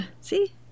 See